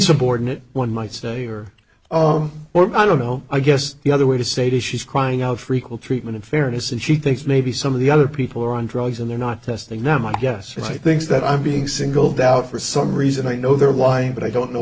insubordinate one might say or what i don't know i guess the other way to say to she's crying out for equal treatment in fairness and she thinks maybe some of the other people are on drugs and they're not testing them i guess i think that i'm being singled out for some reason i know they're whining but i don't know